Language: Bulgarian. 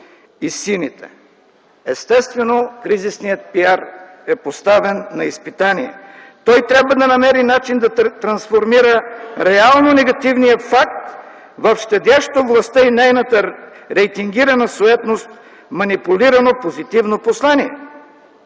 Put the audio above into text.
и Сините? Естествено кризисният пиар е поставен на изпитание. Той трябва да намери начин да трансформира реално негативния факт в щадящо властта и нейната рейтингирана суетност манипулирано позитивно послание!